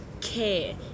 care